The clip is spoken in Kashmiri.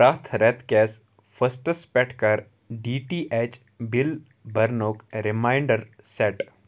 پرٛٮ۪تھ رٮ۪تہٕ کٮ۪س فٔسٹس پٮ۪ٹھ کَر ڈی ٹی اٮ۪چ بِل برنُک ریمایِنٛڈر سٮ۪ٹ